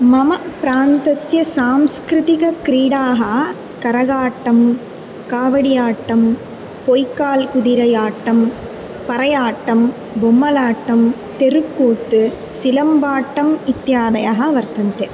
मम प्रान्तस्य सांस्कृतिक क्रीडाः करगाट्टं कावडियाट्टं पोय्काल् कुदिरयाट्टं परयाट्टं बोम्मलाट्टं तेरुक्कूत् सिलम्बाट्टम् इत्यादयः वर्तन्ते